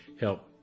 help